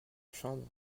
chambre